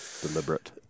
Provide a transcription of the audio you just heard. deliberate